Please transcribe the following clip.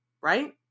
right